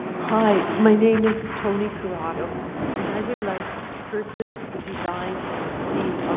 hi, my name is toni corrado and i would like the person who designed the